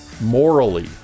morally